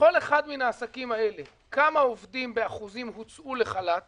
בכל אחד מן העסקים האלה: כמה עובדים באחוזים הוצאו לחל"ת